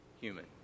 human